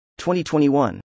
2021